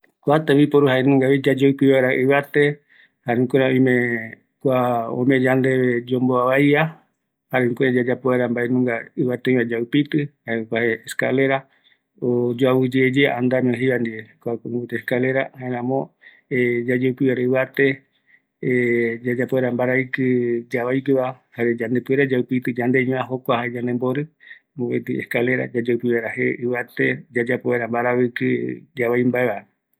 Escalera jae nunga vi yayeupi vaera ɨvate, öime oorupi öiva, jare yaroatava, kua oyeapo ɨvɨra, jare fierro peva, öime jetape yandemborɨ kua tembiporu